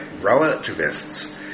relativists